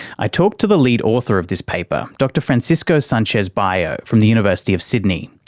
i talked to the lead author of this paper, dr francisco sanchez-bayo from the university of sydney.